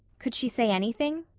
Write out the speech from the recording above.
could she say anything?